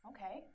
Okay